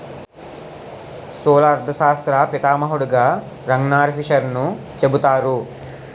స్థూల అర్థశాస్త్ర పితామహుడుగా రగ్నార్ఫిషర్ను చెబుతారు